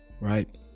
right